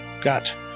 got